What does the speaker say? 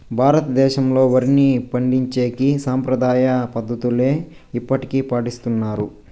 భారతదేశంలో, వరిని పండించేకి సాంప్రదాయ పద్ధతులనే ఇప్పటికీ పాటిస్తన్నారు